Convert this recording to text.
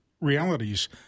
realities